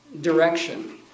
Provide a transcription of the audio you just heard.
direction